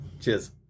Cheers